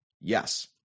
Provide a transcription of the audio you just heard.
Yes